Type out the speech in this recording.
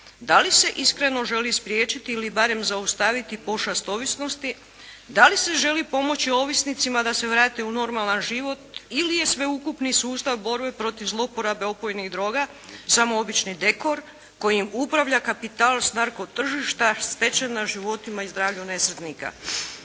Da li se iskreno želi spriječiti ili barem zaustavit pošast ovisnosti, da li se želi pomoći ovisnicima da se vrate u normalan život ili je sveukupni sustav borbe protiv zloporabe opojnih droga samo obični dekor kojim upravlja kapital s narko tržišta stečen na životima i zdravlju nesretnika.